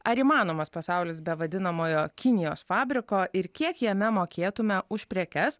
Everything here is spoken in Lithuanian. ar įmanomas pasaulis be vadinamojo kinijos fabriko ir kiek jame mokėtume už prekes